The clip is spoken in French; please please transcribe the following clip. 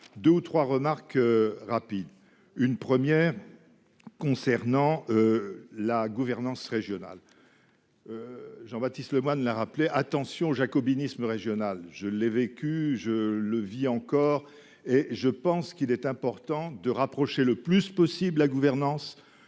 2 ou 3 remarque rapide. Une première. Concernant. La gouvernance régionale. Jean-Baptiste Lemoyne la rappeler attention jacobinisme régional je l'ai vécu, je le vis encore et je pense qu'il est important de rapprocher le plus possible la gouvernance.